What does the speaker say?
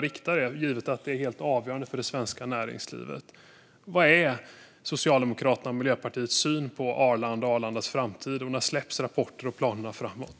Givet att detta är helt avgörande för det svenska näringslivet vill jag fråga: Vad är Socialdemokraternas och Miljöpartiets syn på Arlanda och Arlandas framtid? Och när släpps rapporten om planerna framåt?